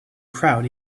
crowd